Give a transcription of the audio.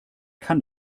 kann